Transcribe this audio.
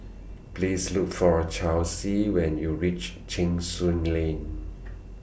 Please Look For Chelsie when YOU REACH Cheng Soon Lane